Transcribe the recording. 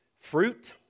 fruit